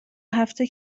هفته